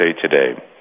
Today